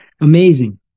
Amazing